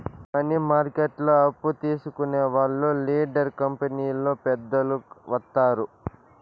money మార్కెట్లో అప్పు తీసుకునే వాళ్లు డీలర్ కంపెనీలో పెద్దలు వత్తారు